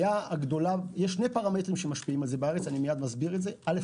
יש שני פרמטרים שמשפיעים על זה בארץ: ראשית,